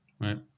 Right